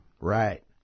Right